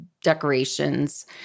decorations